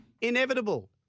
Inevitable